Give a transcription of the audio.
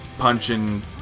Punching